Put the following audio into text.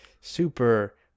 super